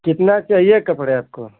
कितना चाहिये कपड़े आपको